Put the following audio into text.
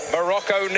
Morocco